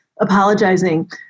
apologizing